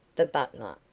the butler,